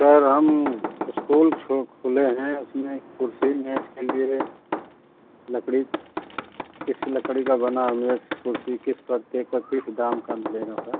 sir हम school शो खोले हैं उसमें कुर्सी मेज़ के लिए लकड़ी किसी लकड़ी का बना मेज़ कुर्सी किस पड़ते पर किस दाम का मिलेगा सर